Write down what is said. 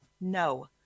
No